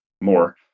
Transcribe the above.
More